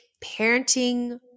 parenting